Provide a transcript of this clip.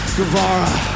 Guevara